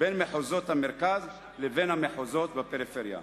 בין מחוזות המרכז לבין המחוזות בפריפריה.